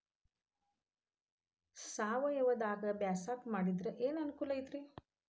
ಸಾವಯವದಾಗಾ ಬ್ಯಾಸಾಯಾ ಮಾಡಿದ್ರ ಏನ್ ಅನುಕೂಲ ಐತ್ರೇ?